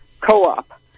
Co-op